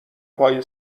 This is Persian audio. پای